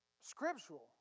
scriptural